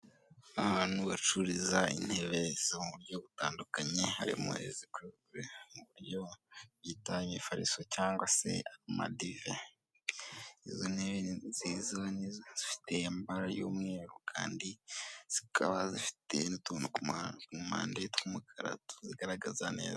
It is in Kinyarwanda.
Ahantu bacururiza intebe zo mu buryo butandukanye harimo izikozwe mu buryo byitanyefariso cyangwa se amadive izo nte nziza ni zifiteba y'umweru kandi zikaba zifite n'utuntu mpande tw'umukara zigaragaza neza.